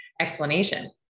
explanation